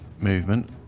movement